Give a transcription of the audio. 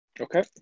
okay